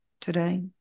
today